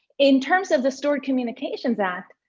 in terms of the stored communications act,